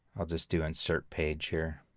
i'll just do insert page here,